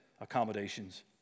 accommodations